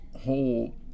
whole